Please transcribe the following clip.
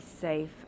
safe